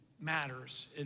matters